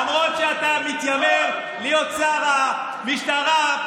למרות שאתה מתיימר להיות שר המשטרה,